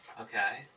Okay